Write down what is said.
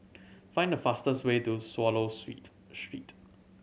find the fastest way to Swallow Street